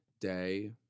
day